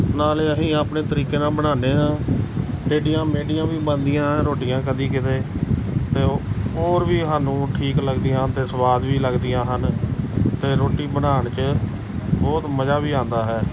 ਨਾਲ਼ੇ ਅਸੀਂ ਆਪਣੇ ਤਰੀਕੇ ਨਾਲ਼ ਬਣਾਉਂਦੇ ਹਾਂ ਟੇਢੀਆਂ ਮੇਢੀਆਂ ਵੀ ਬਣਦੀਆਂ ਰੋਟੀਆਂ ਕਦੇ ਕਿਤੇ ਤਾਂ ਉਹ ਵੀ ਸਾਨੂੰ ਠੀਕ ਲੱਗਦੀਆਂ ਹਨ ਅਤੇ ਸਵਾਦ ਵੀ ਲੱਗਦੀਆਂ ਹਨ ਅਤੇ ਰੋਟੀ ਬਣਾਉਣ 'ਚ ਬਹੁਤ ਮਜ਼ਾ ਵੀ ਆਉਂਦਾ ਹੈ